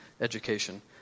Education